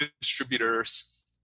distributors